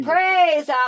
Praise